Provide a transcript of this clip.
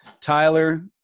Tyler